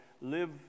live